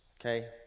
okay